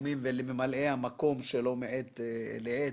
ולממלאי המקום שלו מעת לעת,